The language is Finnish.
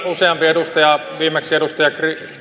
useampi edustaja viimeksi edustaja